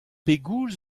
pegoulz